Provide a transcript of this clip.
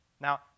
Now